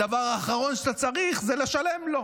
הדבר האחרון שאתה צריך זה לשלם לו.